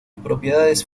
propiedades